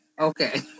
Okay